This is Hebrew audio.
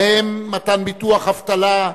בהם, מתן ביטוח אבטלה,